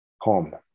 home